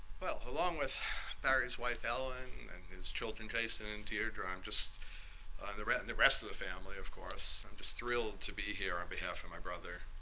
well, along with barry's wife, ellen, and his children, jason and deidre, i'm just the rest and the rest of the family, of course, i'm just thrilled to be here on behalf of my brother.